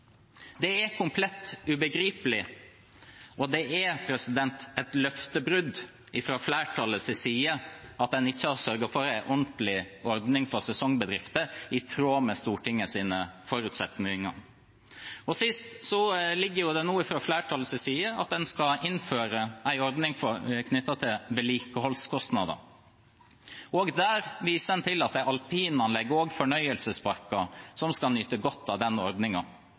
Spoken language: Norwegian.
Det er komplett ubegripelig, og det er et løftebrudd fra flertallets side at en ikke har sørget for en ordentlig ordning for sesongbedrifter i tråd med Stortingets forutsetninger. Det ligger nå inne fra flertallets side at en skal innføre en ordning knyttet til vedlikeholdskostnader. Der viser en til at det er alpinanlegg og fornøyelsesparker som skal nyte godt av